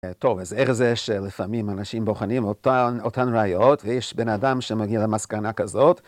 טוב, אז איך זה שלפעמים אנשים בוחנים אותן, אותן ראיות, ויש בן אדם שמגיע למסקנה כזאת